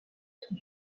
son